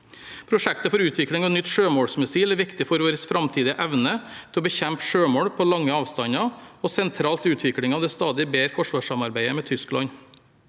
Prosjektet for utvikling av nytt sjømålsmissil er viktig for vår framtidige evne til å bekjempe sjømål på lange avstander, og er sentralt i utviklingen av det stadig bedre forsvarssamarbeidet med Tyskland.